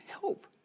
help